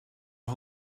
are